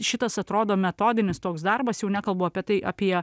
šitas atrodo metodinis toks darbas jau nekalbu apie tai apie